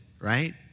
right